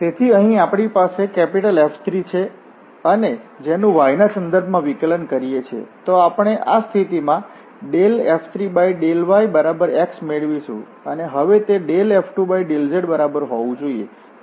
તેથી અહીં આપણી પાસે F3 છે અને જેનું y ના સંદર્ભમાં વિકલન કરીએ છીએ તો આપણે આ સ્થિતિમાં F3∂yx મેળવીશું અને હવે તે F2∂z બરાબર હોવું જોઈએ